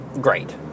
great